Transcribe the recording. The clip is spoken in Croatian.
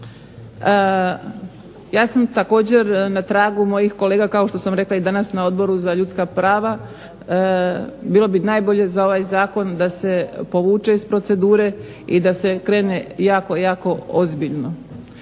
Ja sam također na tragu mojih kolega kao što sam rekla i danas na Odboru za ljudska prava, bilo bi najbolje za ovaj zakon da se povuče iz procedure i da se krene jako, jako ozbiljno.